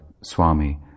Swami